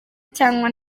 cyangwa